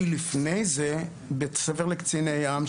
כי לפני זה בית ספר לקציני ים,